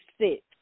sit